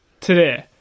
today